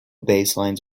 baselines